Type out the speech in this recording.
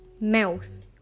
Mouth